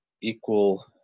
equal